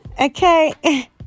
okay